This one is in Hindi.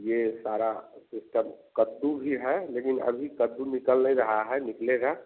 यह सारा सिस्टम कद्दू भी है लेकिन अभी कद्दू निकल नहीं रहा है निकलेगा